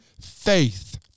faith